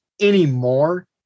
anymore